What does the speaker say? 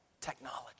technology